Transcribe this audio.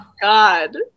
God